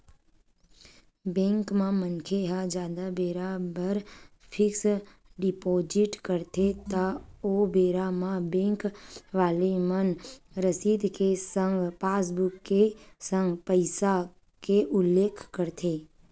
bank म मनखे ह जादा बेरा बर फिक्स डिपोजिट करथे त ओ बेरा म बेंक वाले मन रसीद के संग पासबुक के संग पइसा के उल्लेख करथे